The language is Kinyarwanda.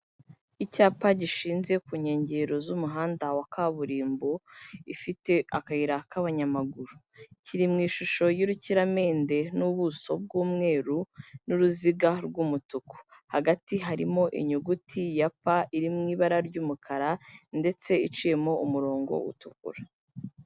Icyapa gishinze ku nkengero z'umuhanda wa kaburimbo, ifite akayira k'abanyamaguru, kiri mu ishusho y'urukiramende n'ubuso bw'umweru n'uruziga rw'umutuku, hagati harimo inyuguti ya P iri mu ibara ry'umukara ndetse iciyemo umurongo utukura.